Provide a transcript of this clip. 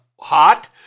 hot